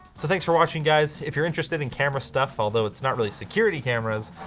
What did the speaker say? so thanks for watching guys. if you're interested in camera stuff although it's not really security cameras,